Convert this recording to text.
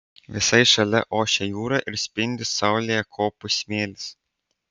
visai šalia ošia jūra ir spindi saulėje kopų smėlis